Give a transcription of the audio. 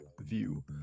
view